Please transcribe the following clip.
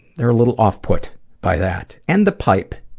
they're a little off-put by that. and the pipe.